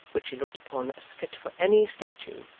which she looked upon as fit for any statue,